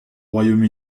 royaume